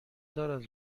دارد